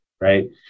right